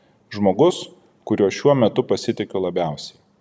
žmogus kuriuo šiuo metu pasitikiu labiausiai